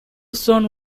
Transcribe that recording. son